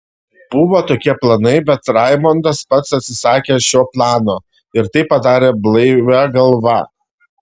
buvo tokie planai bet raimondas pats atsisakė šio plano ir tai padarė blaivia galva